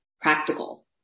practical